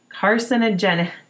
carcinogenic